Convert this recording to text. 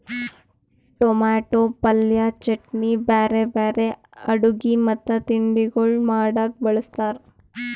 tomato ಪಲ್ಯ, ಚಟ್ನಿ, ಬ್ಯಾರೆ ಬ್ಯಾರೆ ಅಡುಗಿ ಮತ್ತ ತಿಂಡಿಗೊಳ್ ಮಾಡಾಗ್ ಬಳ್ಸತಾರ್